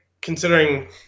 Considering